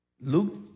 Luke